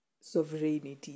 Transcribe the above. sovereignty